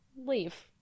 leave